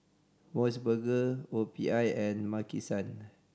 Mos Burger O P I and Maki San